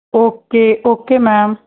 okay okay ma'am